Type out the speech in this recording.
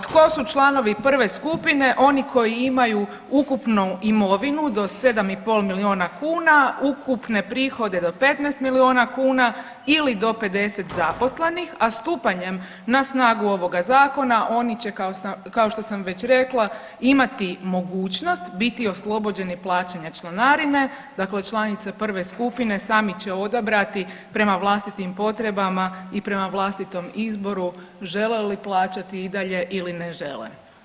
Tko su članovi prve skupine oni koji imaju ukupnu imovinu do sedam i pol milijuna kuna, ukupne prihode do 15 milijuna kuna ili do 50% zaposlenih, a stupanjem na snagu ovoga zakona oni će kao što sam već rekla imati mogućnost biti oslobođeni plaćanja članarine, dakle članice prve skupine sami će odabrati prema vlastitim potrebama i prema vlastitom izboru žele li plaćati i dalje ili ne žele.